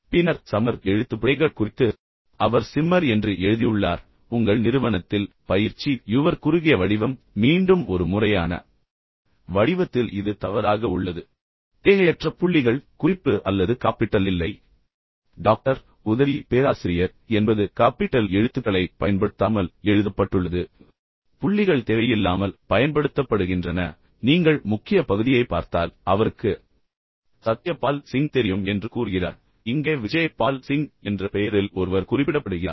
பின்னர் சம்மர் எழுத்துப்பிழைகள் குறித்து அவர் சிம்மர் என்று எழுதியுள்ளார் உங்கள் நிறுவனத்தில் பயிற்சி யுவர் குறுகிய வடிவம் மீண்டும் ஒரு முறையான வடிவத்தில் இது தவறாக உள்ளது தேவையற்ற புள்ளிகள் குறிப்பு அல்லது காப்பிட்டல் இல்லை டாக்டர் என்பது காப்பிட்டல் எழுத்துக்களைப் பயன்படுத்தாமல் எழுதப்பட்டுள்ளது பின்னர் மீண்டும் உதவி பேராசிரியர் காப்பிட்டல் எழுத்துக்கள் இல்லை பின்னர் புள்ளிகள் தேவையில்லாமல் பயன்படுத்தப்படுகின்றன பின்னர் நீங்கள் முக்கிய பகுதியை பார்த்தால் அவருக்கு சத்ய பால் சிங் தெரியும் என்று கூறுகிறார் ஆனால் இங்கே விஜய் பால் சிங் என்ற பெயரில் ஒருவர் குறிப்பிடப்படுகிறார்